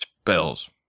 spells